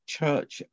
Church